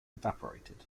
evaporated